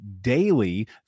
daily